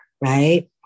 right